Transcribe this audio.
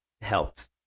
helped